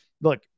look